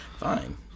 fine